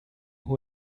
who